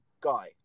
guy